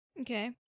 Okay